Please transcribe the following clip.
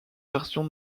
version